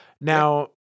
Now